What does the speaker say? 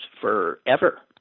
forever